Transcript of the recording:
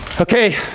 Okay